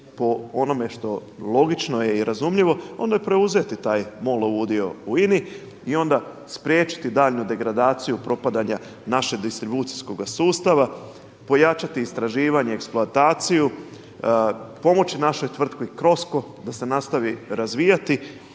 po onome što logično je i razumljivo onda preuzeti taj MOL-ov udio u INA-i i onda spriječiti daljnju degradaciju propadanja našeg distribucijskog sustava, pojačati istraživanje i eksploataciju, pomoći našoj tvrtki CROSCO da se nastavi razvijati